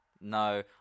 No